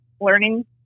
learning